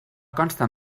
consten